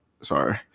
Sorry